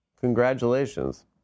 Congratulations